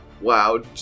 Wow